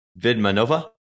Vidmanova